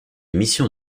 missions